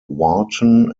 wharton